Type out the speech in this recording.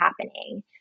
happening